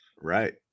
Right